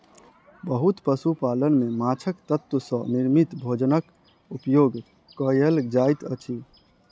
बहुत पशु पालन में माँछक तत्व सॅ निर्मित भोजनक उपयोग कयल जाइत अछि